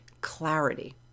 clarity